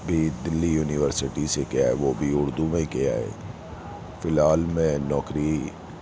بھی دلی یونیورسٹی سے کیا ہے وہ بھی اردو میں کیا ہے فی الحال میں نوکری